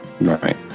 right